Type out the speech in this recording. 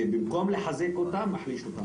זה במקום לחזק מחליש.